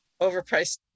overpriced